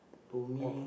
to me